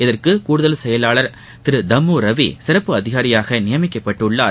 இதற்கு கூடுதல் செயலாளர் திரு தம்மு ரவி சிறப்பு அதிகாரியாக நியமிக்கப்பட்டுள்ளார்